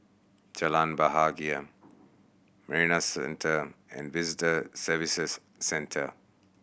Jalan Bahagia Marina Centre and Visitor Services Centre